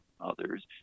others